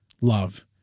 Love